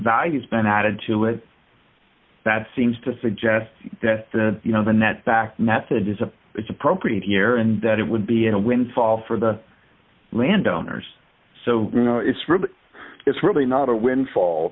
value has been added to it that seems to suggest that you know the net back method is a it's appropriate here and that it would be a windfall for the landowners so you know it's really it's really not a windfall